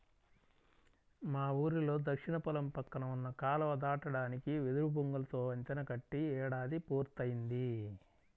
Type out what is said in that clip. మా ఊరిలో దక్షిణ పొలం పక్కన ఉన్న కాలువ దాటడానికి వెదురు బొంగులతో వంతెన కట్టి ఏడాది పూర్తయ్యింది